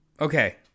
Okay